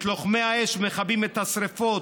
את לוחמי האש מכבים את השרפות.